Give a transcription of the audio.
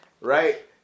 Right